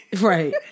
Right